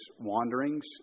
wanderings